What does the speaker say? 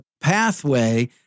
pathway